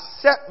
set